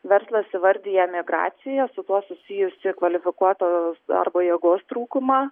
verslas įvardija migraciją su tuo susijusį kvalifikuotos darbo jėgos trūkumą